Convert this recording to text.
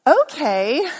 okay